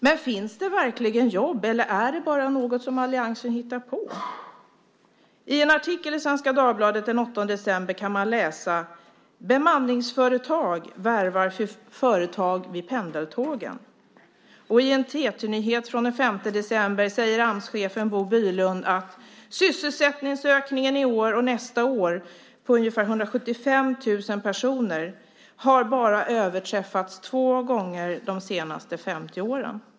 Men finns det verkligen jobb, eller är det bara något som alliansen hittar på? I en artikel i Svenska Dagbladet den 8 december kan man läsa: "Bemanningsföretag värvar företag vid pendeltågen." Och i en TT-nyhet från den 5 december säger Amschefen Bo Bylund att sysselsättningsökningen i år och nästa år på ungefär 175 000 personer bara har överträffats två gånger de senaste 50 åren.